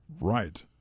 Right